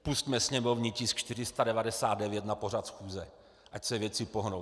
Pusťme sněmovní tisk 499 na pořad schůze, ať se věci pohnou.